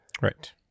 Right